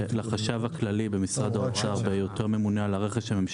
החשב הכללי במשרד האוצר או עובד שהוא מינה לכך,